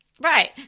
Right